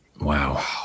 Wow